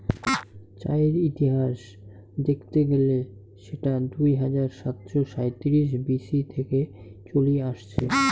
চায়ের ইতিহাস দেখত গেলে সেটা দুই হাজার সাতশ সাঁইত্রিশ বি.সি থেকে চলি আসছে